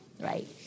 Right